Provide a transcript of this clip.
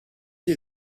see